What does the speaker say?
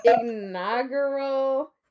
Inaugural